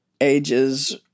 ages